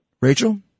Rachel